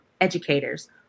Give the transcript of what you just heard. educators